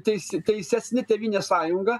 teisi teisesni tėvynės sąjunga